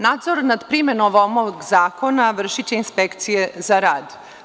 Nadzor nad primenom ovog zakona vršiće inspekcije za rad.